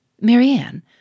Marianne